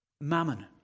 mammon